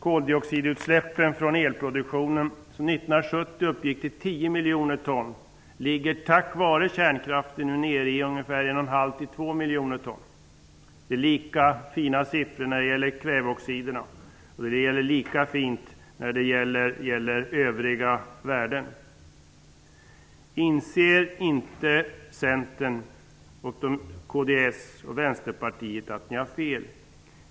Koldioxidutsläppen från elproduktionen, som 1970 uppgick till 10 miljoner ton, är tack vare kärnkraften nu nere i ungefär 1,5-- 2 miljoner ton. Det är lika fina siffror när det gäller kväveoxiderna. Det är lika fint när det gäller övriga värden. Inser inte Centern, kds och Vänsterpartiet att ni har fel?